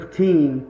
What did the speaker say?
team